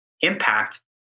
impact